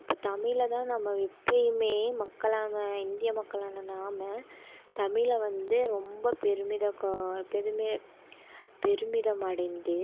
இப்போ தமிழில்தான் நம்ம எப்பேயுமே மக்களான இந்திய மக்களான நாம் தமிழை வந்து ரொம்ப பெருமிதம் பெருமித பெருமிதம் அடைந்து